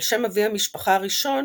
על שם אבי המשפחה הראשון